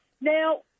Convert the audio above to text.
Now